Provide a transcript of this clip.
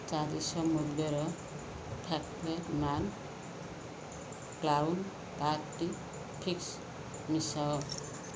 ଚାରି ଶହ ମୂଲ୍ୟର ଫାକେଲମାନ କ୍ଲାଉନ୍ ପାର୍ଟି ପିକ୍ସ ମିଶାଅ